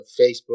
Facebook